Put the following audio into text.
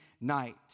night